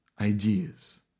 ideas